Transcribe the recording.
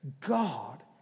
God